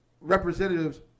representatives